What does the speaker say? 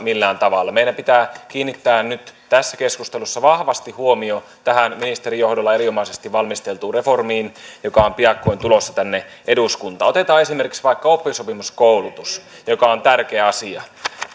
meidän pitää kiinnittää nyt tässä keskustelussa vahvasti huomio tähän ministerin johdolla erinomaisesti valmisteltuun reformiin joka on piakkoin tulossa tänne eduskuntaan otetaan esimerkiksi vaikka oppisopimuskoulutus joka on tärkeä asia